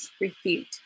refute